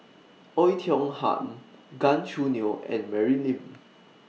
Oei Tiong Ham Gan Choo Neo and Mary Lim